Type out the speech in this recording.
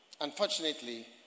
unfortunately